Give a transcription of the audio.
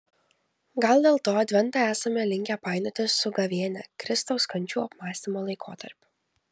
gal dėl to adventą esame linkę painioti su gavėnia kristaus kančių apmąstymo laikotarpiu